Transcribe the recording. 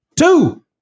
Two